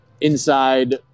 inside